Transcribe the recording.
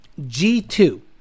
G2